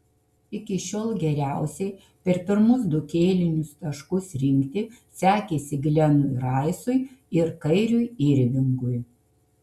iki šiol geriausiai per pirmus du kėlinius taškus rinkti sekėsi glenui raisui ir kairiui irvingui